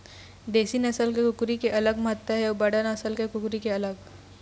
देशी नसल के कुकरी के अलगे महत्ता हे अउ बड़का नसल के कुकरी के अलगे